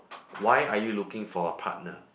why are you looking for a partner